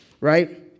Right